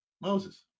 Moses